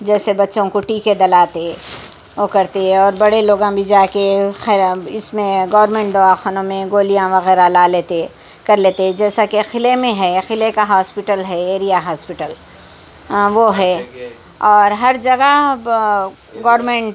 جیسے بچّوں کو ٹیکے دلاتے وہ کرتے اور بڑے لوگ بھی جا کے اس میں گورنمنٹ دوا خانوں میں گولیاں وغیرہ لا لیتے کر لیتے جیسا کہ قلعہ میں ہے قلعہ کا ہاسپٹل ہے ایریا ہاسپٹل وہ ہے اور ہر جگہ گورنمنٹ